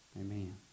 Amen